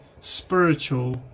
spiritual